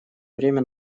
время